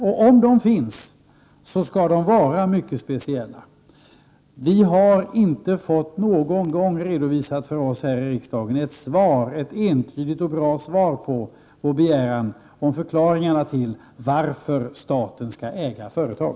Om de finns skall de vara mycket speciella. Vi har inte fått någon gång redovisat för oss här i riksdagen ett entydigt och bra svar på vår begäran om en förklaring till varför staten skall äga företag.